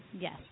Yes